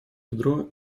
ведро